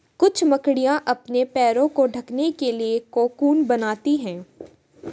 कुछ मकड़ियाँ अपने पैरों को ढकने के लिए कोकून बनाती हैं